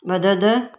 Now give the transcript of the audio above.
मदद